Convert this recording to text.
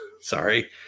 sorry